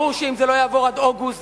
ברור שאם זה לא יעבור עד אוגוסט,